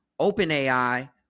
OpenAI